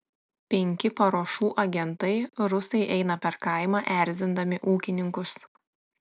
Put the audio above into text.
penki paruošų agentai rusai eina per kaimą erzindami ūkininkus